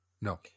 No